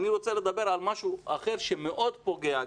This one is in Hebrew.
אבל אני רוצה לדבר על משהו אחר שמאוד פוגע,